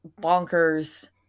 bonkers